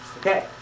Okay